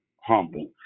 humble